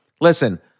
listen